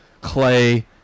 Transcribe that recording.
clay